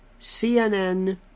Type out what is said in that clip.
CNN